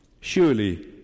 Surely